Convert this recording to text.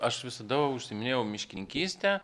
aš visada užsiiminėjau miškininkyste